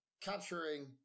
capturing